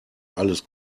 alles